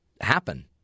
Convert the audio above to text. happen